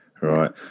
right